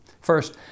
First